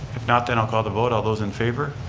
if not then i'll call the vote. all those in favor.